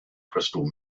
crystal